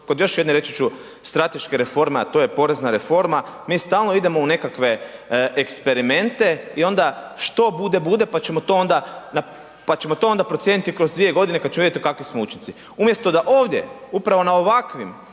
kod još jedne reći ću strateške reforme a to je porezna reforma. Mi stalno idemo u nekakve eksperimente i onda što bude bude pa ćemo to onda, pa ćemo to onda procijeniti kroz dvije godine kada ćemo vidjeti kakvi su učinci. Umjesto da ovdje, upravo na ovakvim